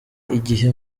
igihe